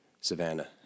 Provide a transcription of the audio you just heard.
Savannah